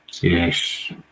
Yes